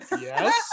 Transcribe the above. Yes